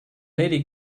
lady